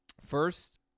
first